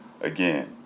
again